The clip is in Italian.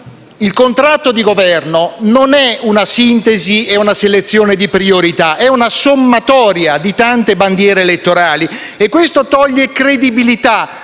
Il contratto di Governo non è una sintesi e una selezione di priorità, è una sommatoria di tante bandiere elettorali e questo toglie credibilità